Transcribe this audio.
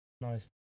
Nice